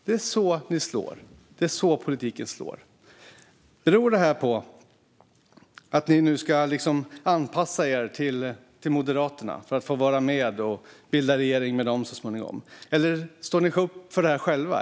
Det är så ni slår. Det är så politiken slår. Beror detta på att ni nu ska anpassa er till Moderaterna för att få vara med och bilda regering med dem så småningom, eller står ni upp för detta själva?